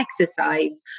exercise